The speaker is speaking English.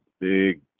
big